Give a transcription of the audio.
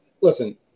Listen